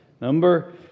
Number